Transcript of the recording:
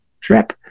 trip